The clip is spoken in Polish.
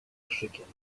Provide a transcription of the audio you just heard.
krzykiem